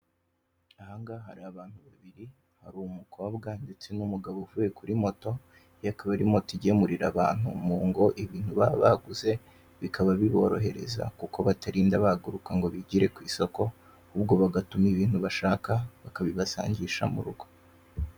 Aha ngaha hari abantu babiri, hari umukobwa ndetse n'umugabo uvuye kuri moto, iyi akaba ari moto igemurira abantu mu ngo ibintu baba baguze, bikaba biborohereza kuko batarinda bahaguruka ngo bigire ku isoko, ahubwo bagatuma ibintu bashaka, bakabibasangisha mu rugo.